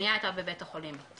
השנייה הייתה בבית החולים,